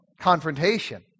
confrontation